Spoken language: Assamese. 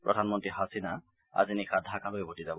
প্ৰধানমন্ত্ৰী হাছিনা আজি নিশা ঢাকালৈ উভতি যাব